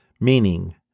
meaning